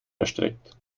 erstreckt